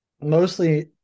Mostly